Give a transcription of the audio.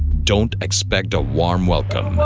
don't expect a warm welcome